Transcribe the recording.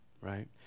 Right